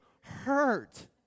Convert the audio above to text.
hurt